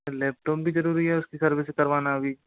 sir laptop भी ज़रूरी है उसकी सर्विस करवाना अभी